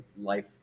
life